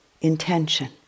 intention